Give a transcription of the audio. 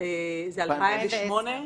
היה ב-2008?